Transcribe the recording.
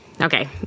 okay